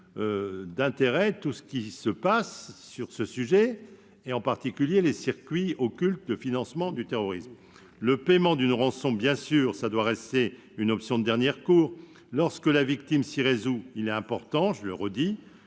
Nathalie Goulet -ce qui se passe sur ce sujet, et en particulier les circuits occultes de financement du terrorisme. Le paiement d'une rançon doit bien sûr rester une option de dernier recours. Lorsque la victime s'y résout, il est important, je le redis,